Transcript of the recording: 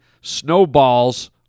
Snowballs